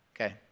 Okay